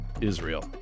Israel